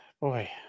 Boy